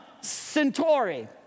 Centauri